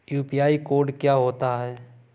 UPI code क्या होता है?